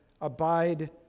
abide